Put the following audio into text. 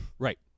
Right